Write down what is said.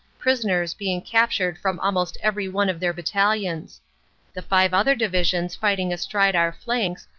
prisoners being captured from almost everyone of their battalions the five other divisions fighting astride our flanks,